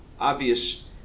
obvious